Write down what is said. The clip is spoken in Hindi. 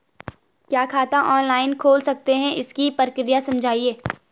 क्या खाता ऑनलाइन खोल सकते हैं इसकी प्रक्रिया समझाइए?